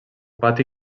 pati